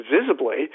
visibly